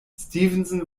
stevenson